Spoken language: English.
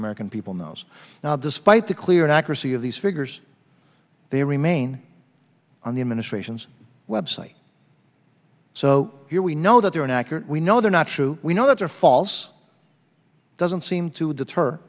american people knows now despite the clear inaccuracy of these figures they remain on the administration's web site so here we know that they're inaccurate we know they're not true we know that they're false doesn't seem to deter